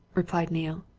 replied neale.